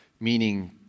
meaning